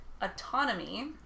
Autonomy